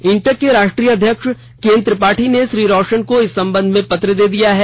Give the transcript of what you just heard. इंटक के राष्ट्रीय अध्यक्ष केएन त्रिपाठी ने श्री रौशन को इस संबंध पत्र दे दिया है